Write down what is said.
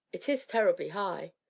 it is terribly high.